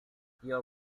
your